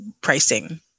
pricing